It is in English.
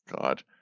god